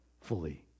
fully